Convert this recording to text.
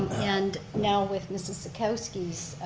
and now with mrs. sakowski's,